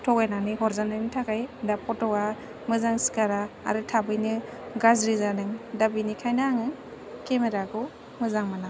थगायनानै हरजानाइनि थाखाइ दा पटआ मोजां सिखारा आरो थाबैनो ग्राज्रि जादों दा बेनिखाइनो आङो केमेराखौ मोजां मोना